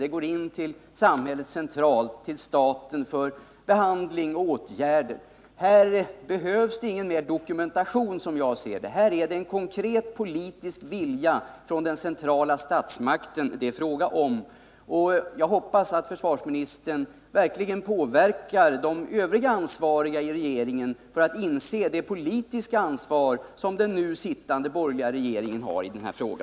Detta har överlämnats till staten för behandling och åtgärder. Det behövs alltså inte någon ytterligare dokumentation. Här krävs en konkret politisk vilja hos den centrala statsmakten. Jag hoppas att försvarsministern vill påverka de övriga ansvariga i regeringen, så att de kommer att inse det politiska ansvar som den nu sittande borgerliga regeringen har i denna fråga.